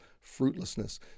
fruitlessness